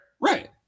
Right